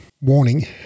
warning